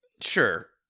Sure